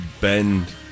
bend